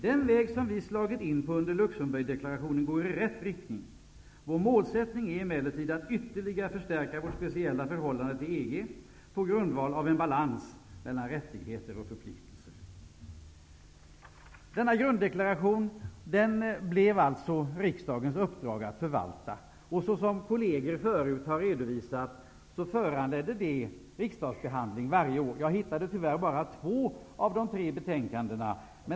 Den väg som vi slagit in på under Luxemburgdeklarationen går i rätt riktning. Vår målsättning är emellertid att ytterligare förstärka vårt speciella förhållande till EG på grundval av en balans mellan rättigheter och förpliktelser. Denna grunddeklaration fick riksdagen i uppdrag att förvalta. Såsom kolleger förut har redovisat, föranledde det riksdagsbehandling varje år. Jag hittade tyvärr bara två av de tre betänkandena.